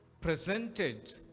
presented